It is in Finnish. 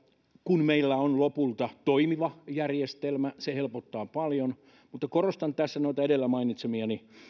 kun meillä on lopulta toimiva järjestelmä se helpottaa paljon mutta korostan tässä noita edellä mainitsemiani